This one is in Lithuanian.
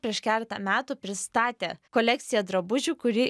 prieš keletą metų pristatė kolekciją drabužių kuri